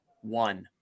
One